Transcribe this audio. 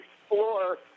explore